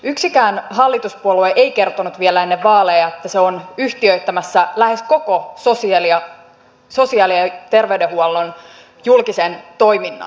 yksikään hallituspuolue ei kertonut vielä ennen vaaleja että on yhtiöittämässä lähes koko sosiaali ja terveydenhuollon julkisen toiminnan